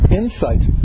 insight